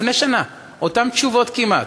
לפני שנה, אותן תשובות כמעט: